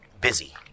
busy